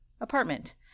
apartment